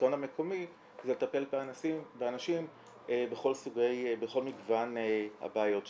השלטון המקומי לטפל באנשים בכל מגוון הבעיות שלהם,